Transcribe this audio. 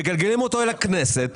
מגלגלים אותו אל הכנסת,